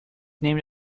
named